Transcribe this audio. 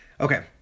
Okay